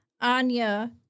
Anya